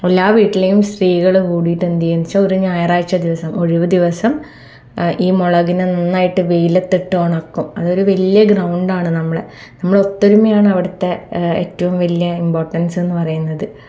എല്ലാ വീട്ടിലെയും സ്ത്രീകളും കൂടിയിട്ട് എന്തു ചെയ്യും ച്ചാ ഒരു ഞായറാഴ്ച്ച ഒഴിവു ദിവസം ഈ മുളകിനെ നന്നായിട്ട് വെയിലത്തിട്ട് ഉണക്കും അതൊരു വലിയ ഗ്രൗണ്ടാണ് നമ്മളുടെ നമ്മുടെ ഒത്തൊരുമയാണ് അവിടുത്തെ ഏറ്റവും വലിയ ഇമ്പോർട്ടൻസ് എന്ന് പറയുന്നത്